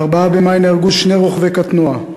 ב-4 במאי נהרגו שני רוכבי קטנוע,